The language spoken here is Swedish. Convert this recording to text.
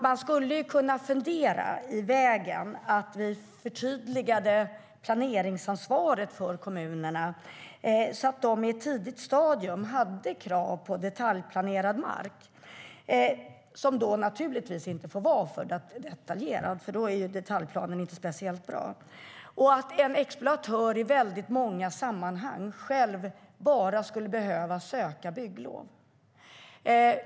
Man skulle kunna fundera kring att förtydliga planeringsansvaret för kommunerna så att de på ett tidigt stadium har krav på detaljplanerad mark. Men detaljplanerna får naturligtvis inte vara alltför detaljerade; då är de inte speciellt bra. En exploatör skulle i många sammanhang bara behöva söka bygglov.